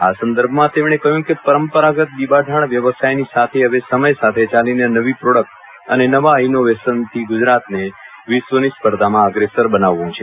આ સંદર્ભમાં તેમજ્ઞે કહ્યું કે પરંપરાગત બીબાંઢાળ વ્યવસાયની સાથે હવે સમય સાથે ચાલીને નવી પ્રોડક્ટ અને નવા ઇનોવેશનથી ગુજરાતને વિશ્વની સ્પર્ધામાં અગ્રેસર બનાવવું છે